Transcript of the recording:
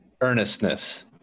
earnestness